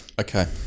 Okay